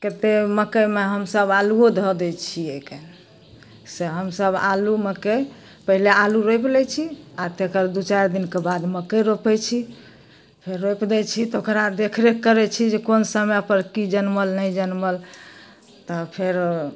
कतेक मकइमे हमसभ आलुओ धऽ दै छिएके से हमसभ आलू मकइ पहिले आलू रोपि लै छी आओर तकर दुइ चारि दिनके बाद मकइ रोपै छी फेर रोपि दै छी तऽ ओकरा देखरेख करै छी जे कोन समयपर कि जनमल नहि जनमल तऽ फेरो